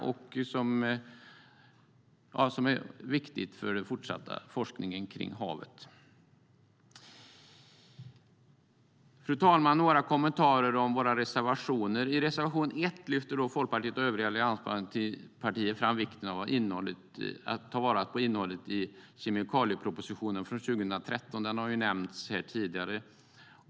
Ett nytt fartyg är viktigt för den fortsatta forskningen om havet. Fru talman! Jag har några kommentarer om våra reservationer. I reservation 1 lyfter Folkpartiet och övriga alliansparter fram vikten av att ta vara på innehållet i kemikaliepropositionen från 2013. Den har nämnts tidigare.